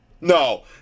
No